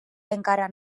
encara